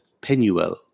Penuel